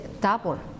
double